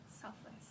Selfless